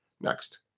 Next